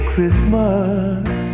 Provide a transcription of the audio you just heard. Christmas